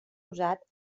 usat